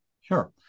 Sure